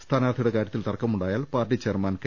സ്ഥാനാർഥിയുടെ കാര്യത്തിൽ തർക്കമുണ്ടായാൽ party chairman K